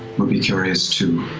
would be curious to